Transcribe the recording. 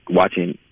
watching